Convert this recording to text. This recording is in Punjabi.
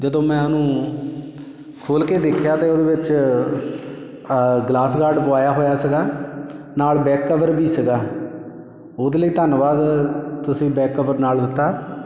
ਜਦੋਂ ਮੈਂ ਉਹਨੂੰ ਖੋਲ੍ਹ ਕੇ ਦੇਖਿਆ ਤਾਂ ਉਹਦੇ ਵਿੱਚ ਗਲਾਸ ਗਾਰਡ ਪਵਾਇਆ ਹੋਇਆ ਸੀਗਾ ਨਾਲ਼ ਬੈਕ ਕਵਰ ਵੀ ਸੀਗਾ ਉਹਦੇ ਲਈ ਧੰਨਵਾਦ ਤੁਸੀਂ ਬੈਕ ਕਵਰ ਨਾਲ਼ ਦਿੱਤਾ